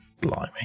Blimey